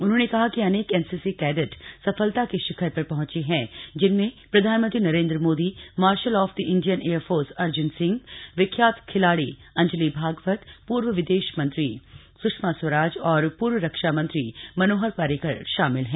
उन्होंने कहा कि अनेक एनसीसी कैड सफलता के शिखर पर पहंचे हैं जिनमें प्रधानमंत्री Narendra Modi marshal of the Indian air force Arjan Singh विख्यात खिलाड़ी अंजली भागवत पूर्व विदेश मंत्री स्षमा स्वराज और पूर्व रक्षामंत्री मनोहर पर्रिकर शामिल हैं